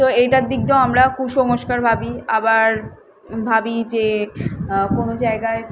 তো এইটার দিক দিয়েও আমরা কুসংস্কার ভাবি আবার ভাবি যে কোনো জায়গায়